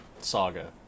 saga